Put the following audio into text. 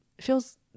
feels